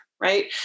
Right